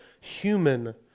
human